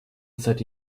that